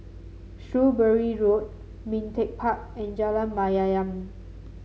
Shrewsbury Road Ming Teck Park and Jalan Mayaanam